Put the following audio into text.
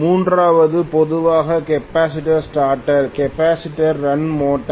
மூன்றாவது பொதுவாக capacitor start capacitor run motor